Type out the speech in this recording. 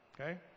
okay